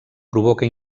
provoca